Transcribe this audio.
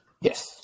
Yes